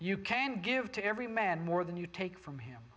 you can give to every man more than you take from him